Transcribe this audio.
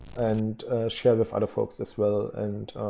and share with other folks as well. and